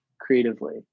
creatively